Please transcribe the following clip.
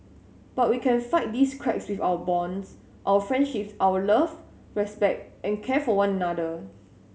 but we can fight these cracks with our bonds our friendships our love respect and care for one another